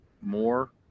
more